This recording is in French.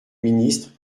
ministre